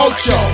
Ocho